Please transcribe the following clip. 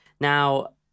Now